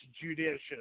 judicious